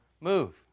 move